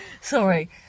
sorry